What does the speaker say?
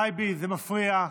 טייבי, זה מפריע.